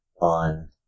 on